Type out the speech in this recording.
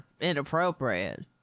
inappropriate